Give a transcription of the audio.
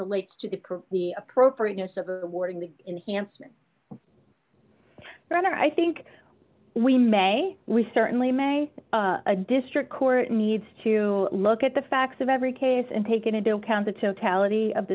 relates to the appropriateness of or warding the enhancement rather i think we may we certainly may a district court needs to look at the facts of every case and take into account the